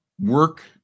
Work